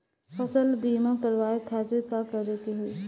फसल बीमा करवाए खातिर का करे के होई?